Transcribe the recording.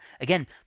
again